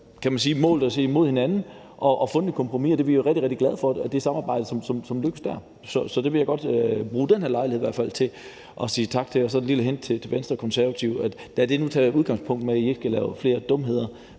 vi har bøjet os mod hinanden og fundet et kompromis, og det er vi rigtig, rigtig glade for – det samarbejde, som lykkedes dér – så det vil jeg godt bruge den her lejlighed til i hvert fald at sige tak for. Så har jeg et lille hint til Venstre og Konservative: Lad nu det være udgangspunktet for, at I ikke skal lave dumheder